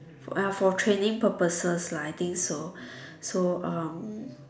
uh for training purposes lah I think so so um